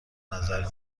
نظر